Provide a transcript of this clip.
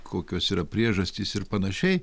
kokios yra priežastys ir panašiai